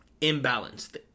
imbalanced